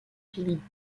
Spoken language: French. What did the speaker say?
philippe